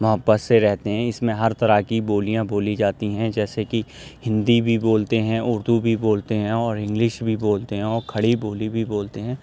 محبت سے رہتے ہیں اِس میں ہر طرح کی بولیاں بولی جاتی ہیں جیسے کہ ہندی بھی بولتے ہیں اُردو بھی بولتے ہیں اور انگلش بھی بولتے ہیں اور کھڑی بولی بھی بولتے ہیں